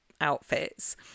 outfits